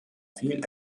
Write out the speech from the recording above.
viel